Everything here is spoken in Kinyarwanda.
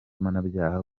mpanabyaha